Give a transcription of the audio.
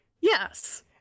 yes